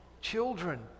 children